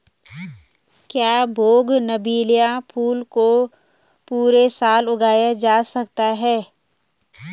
क्या बोगनविलिया फूल को पूरे साल उगाया जा सकता है?